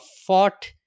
fought